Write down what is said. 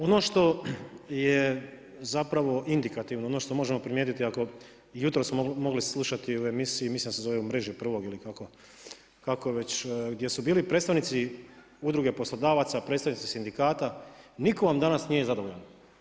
Ono što je zapravo indikativno, ono što možemo primijetiti, jutros smo mogli slušati u emisiji mislim da se zove „U mreži prvog“ ili kako već gdje su bili predstavnici Udruge poslodavaca, predstavnici sindikata, niko vam danas nije zadovoljan.